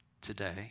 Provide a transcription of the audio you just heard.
today